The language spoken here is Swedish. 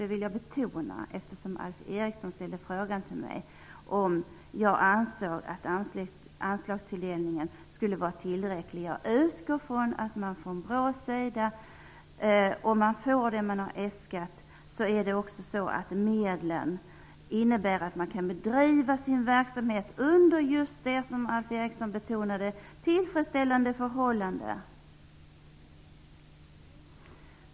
Jag vill betona detta, eftersom Alf Eriksson frågade mig om jag anser att anslagstilldelningen är tillräcklig. Jag utgår ifrån att om BRÅ får det som man har äskat innebär det också att medlen räcker till för att man skall kunna bedriva sin verksamhet under, som Alf Eriksson betonade, tillfredsställande förhållanden.